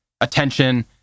attention